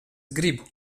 gribu